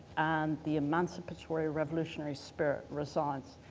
and the emancipatory revolutionary spirit resides.